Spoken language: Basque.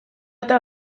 eta